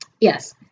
Yes